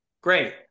Great